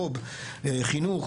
חו"ב וחינוך.